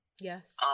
Yes